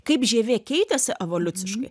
kaip žievė keitėsi evoliuciškai